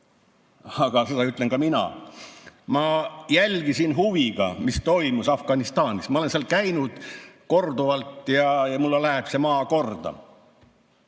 Aga seda ütlen ka mina. Ma jälgisin huviga, mis toimus Afganistanis. Ma olen seal käinud korduvalt ja mulle läheb see maa korda.